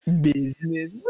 Business